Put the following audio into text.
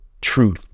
truth